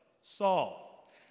Saul